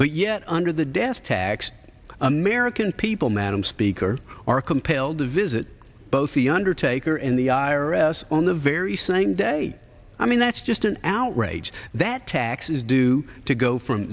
but yet under the death tax american people madam speaker are compelled to visit both the undertaker in the i r s on the very same day i mean that's just an outrage that tax is due to go from